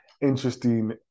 interesting